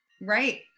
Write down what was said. Right